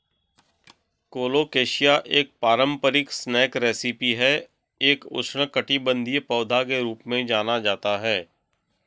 colocasia एक पारंपरिक snack recipe है एक उष्णकटिबंधीय पौधा के रूप में जाना जाता है